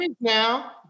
now